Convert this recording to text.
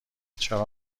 چرا